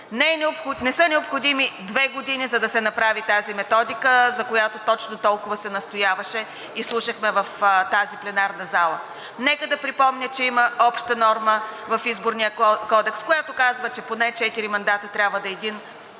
Не са необходими две години, за да се направи тази методика, за която точно толкова се настояваше и слушахме в тази пленарна зала. Нека да припомня, че има обща норма в Изборния кодекс, която казва, че поне четири мандата трябва да е един